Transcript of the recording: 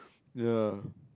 ya